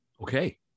Okay